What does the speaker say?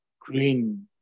green